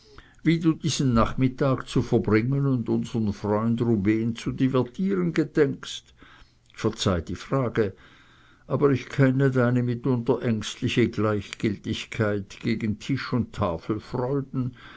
wie du diesen nachmittag zu verbringen und unsern freund rubehn zu divertieren gedenkst verzeih die frage aber ich kenne deine mitunter ängstliche gleichgültigkeit gegen tischund tafelfreuden und